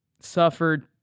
suffered